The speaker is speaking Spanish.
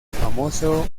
famoso